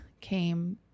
came